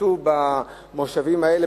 שנעשו במושבים האלה,